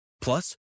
Plus